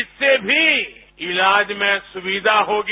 इससे भी इलाज में सुविधा होगी